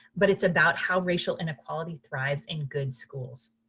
but it's about how racial and equality thrives in good schools.